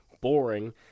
boring